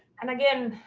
and again,